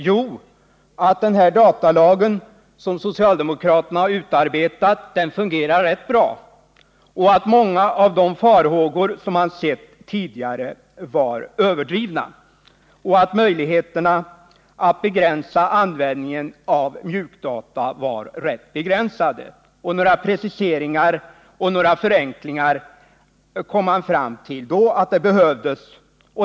Jo, man fann att den datalag som socialdemokraterna utarbetat fungerar rätt bra, att många av de farhågor som man sett tidigare var överdrivna och att möjligheterna att begränsa användningen av mjukdata var rätt små. Några preciseringar och några förenklingar kom man fram till att det behövdes.